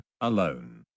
alone